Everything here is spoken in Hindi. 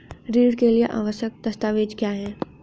ऋण के लिए आवश्यक दस्तावेज क्या हैं?